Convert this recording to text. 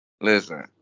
Listen